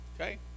Okay